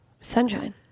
sunshine